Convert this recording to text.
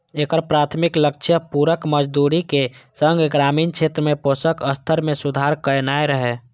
एकर प्राथमिक लक्ष्य पूरक मजदूरीक संग ग्रामीण क्षेत्र में पोषण स्तर मे सुधार करनाय रहै